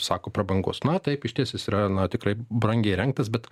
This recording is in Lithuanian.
sako prabangus na taip ištisus rajonus tikrai brangiai įrengtas bet